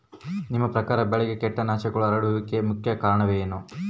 ನಿಮ್ಮ ಪ್ರಕಾರ ಬೆಳೆಗೆ ಕೇಟನಾಶಕಗಳು ಹರಡುವಿಕೆಗೆ ಮುಖ್ಯ ಕಾರಣ ಏನು?